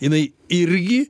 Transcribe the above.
jinai irgi